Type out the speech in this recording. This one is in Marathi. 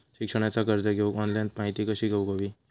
शिक्षणाचा कर्ज घेऊक ऑनलाइन माहिती कशी घेऊक हवी?